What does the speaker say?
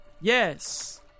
Yes